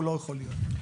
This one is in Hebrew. הוא לא יכול להיות.